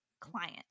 client